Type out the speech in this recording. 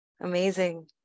Amazing